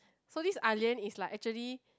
so this Ah Lian is like actually